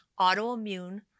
autoimmune